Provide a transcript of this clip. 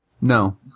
No